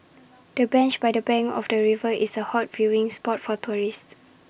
the bench by the bank of the river is A hot viewing spot for tourists